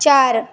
চার